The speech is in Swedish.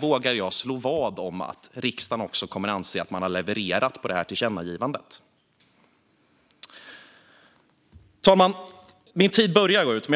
vågar jag slå vad om att riksdagen kommer att anse att man har levererat på tillkännagivandet. Fru talman! Min talartid börjar att gå ut.